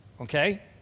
okay